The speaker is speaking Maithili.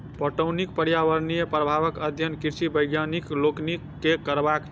पटौनीक पर्यावरणीय प्रभावक अध्ययन कृषि वैज्ञानिक लोकनि के करबाक चाही